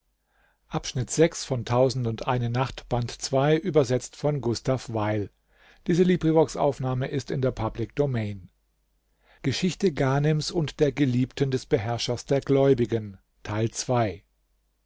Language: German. ghanems und der geliebten des beherrschers der gläubigen